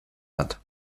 hat